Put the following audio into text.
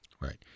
Right